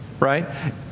Right